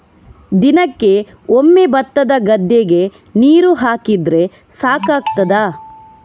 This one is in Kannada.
ದಿನಕ್ಕೆ ಒಮ್ಮೆ ಭತ್ತದ ಗದ್ದೆಗೆ ನೀರು ಹಾಕಿದ್ರೆ ಸಾಕಾಗ್ತದ?